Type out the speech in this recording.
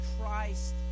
Christ